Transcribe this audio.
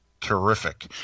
Terrific